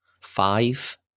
five